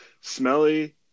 Smelly